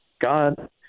God